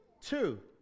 Two